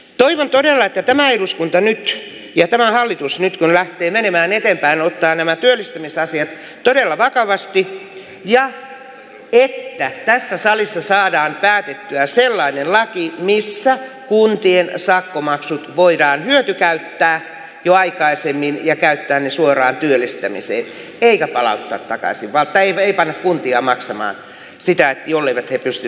toivon todella että tämä eduskunta ja tämä hallitus nyt kun lähtee menemään eteenpäin ottaa nämä työllistämisasiat todella vakavasti ja että tässä salissa saadaan päätettyä sellainen laki missä kuntien sakkomaksut voidaan hyötykäyttää jo aikaisemmin ja käyttää ne suoraan työllistämiseen eikä palauttaa takaisin ei panna kuntia maksamaan sitä jolleivät he pysty pitkäaikaistyöttömiä työllistämään